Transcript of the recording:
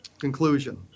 conclusion